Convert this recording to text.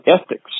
ethics